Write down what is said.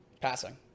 passing